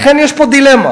לכן, יש פה דילמה.